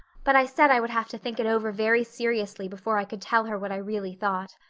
but i said i would have to think it over very seriously before i could tell her what i really thought.